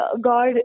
God